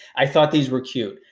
i thought these were cute.